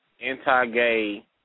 Anti-Gay